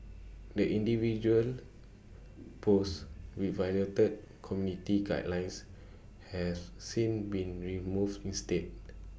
the individual posts with violated community guidelines have since been removed instead